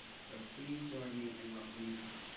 so please join me in welcoming her.